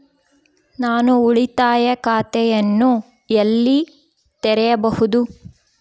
ನಾನು ಉಳಿತಾಯ ಖಾತೆಯನ್ನು ಎಲ್ಲಿ ತೆರೆಯಬಹುದು?